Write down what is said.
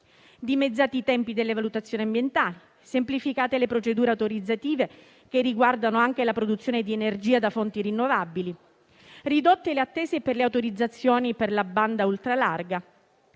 dimezzati i tempi delle valutazioni ambientali, semplificate le procedure autorizzative che riguardano anche la produzione di energia da fonti rinnovabili e ridotte le attese per le autorizzazioni per la banda ultralarga.